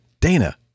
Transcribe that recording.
Dana